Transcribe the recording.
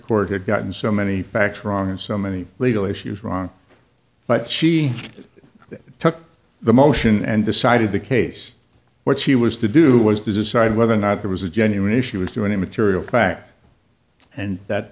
court had gotten so many facts wrong and so many legal issues wrong but she took the motion and decided the case what she was to do was decide whether or not there was a genuine issue was doing a material fact and that